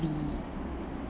the